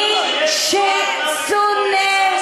מצער אתכם שיש צבא הגנה לישראל, מי ששונא,